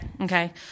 Okay